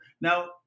Now